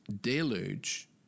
deluge